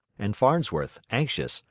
and farnsworth, anxious,